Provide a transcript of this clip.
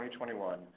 2021